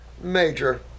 major